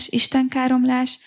istenkáromlás